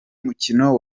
mukino